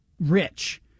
rich